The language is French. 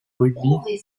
rugby